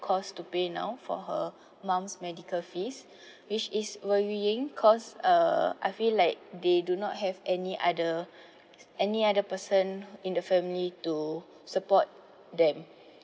cost to pay now for her mum's medical fees which is overweighing cause uh I feel like they do not have any other any other person in the family to support them